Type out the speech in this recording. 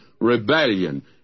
rebellion